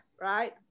Right